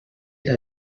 era